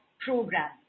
program